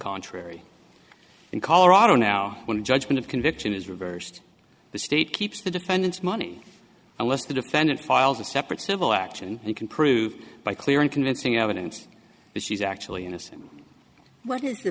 contrary in colorado now when the judgment of conviction is reversed the state keeps the defendants money unless the defendant files a separate civil action and can prove by clear and convincing evidence that she's actually innocent what is the